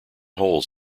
holes